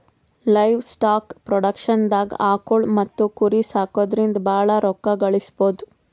livestock ಪ್ರೊಡಕ್ಷನ್ದಾಗ್ ಆಕುಳ್ ಮತ್ತ್ ಕುರಿ ಸಾಕೊದ್ರಿಂದ ಭಾಳ್ ರೋಕ್ಕಾ ಗಳಿಸ್ಬಹುದು